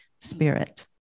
Spirit